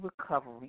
recovery